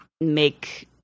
make